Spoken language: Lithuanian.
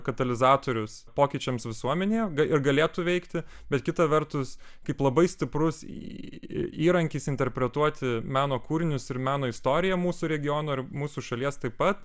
katalizatorius pokyčiams visuomenėje ir galėtų veikti bet kita vertus kaip labai stiprus įrankis interpretuoti meno kūrinius ir meno istoriją mūsų regiono ir mūsų šalies taip pat